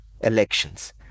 elections